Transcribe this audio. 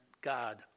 God